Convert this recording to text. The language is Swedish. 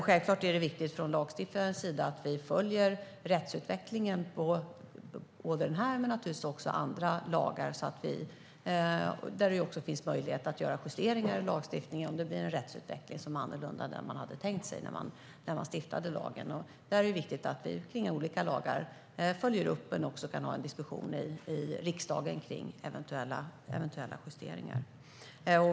Självklart är det viktigt att vi från lagstiftarens sida följer rättsutvecklingen för både denna men också andra lagar. Det finns möjlighet att göra justeringar i lagstiftningen om det blir en rättsutveckling som är annorlunda än man hade tänkt sig när riksdagen stiftade lagen. Där är det viktigt att vi följer upp olika lagar och kan ha en diskussion i riksdagen om eventuella justeringar.